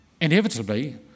inevitably